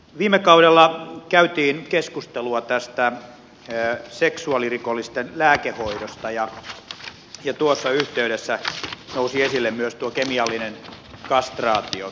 viime kaudella käytiin keskustelua tästä seksuaalirikollisten lääkehoidosta ja tuossa yhteydessä nousi esille myös tuo kemiallinen kastraatio